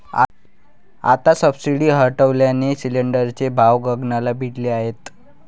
आता सबसिडी हटवल्याने सिलिंडरचे भाव गगनाला भिडले आहेत